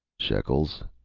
shekels,